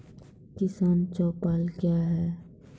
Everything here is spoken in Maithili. किसान चौपाल क्या हैं?